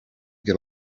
get